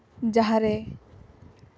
ᱡᱟᱦᱟᱸᱨᱮ